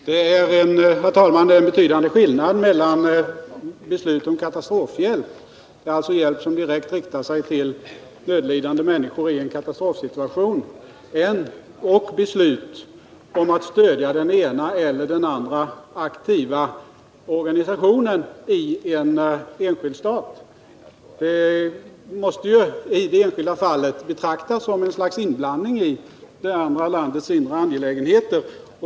Herr talman! Det är en betydande skillnad mellan beslut om katastrofhjälp — hjälp som direkt riktar sig till nödlidande människor i en katastrofsituation — och beslut om att stödja den ena eller andra aktiva organisationen i en enskild stat. Det måste i det enskilda fallet betraktas som ett slags inblandning i det andra landets inre angelägenheter.